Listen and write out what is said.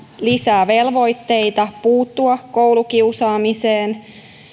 lisää velvoitteita puuttua koulukiusaamiseen